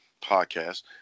podcast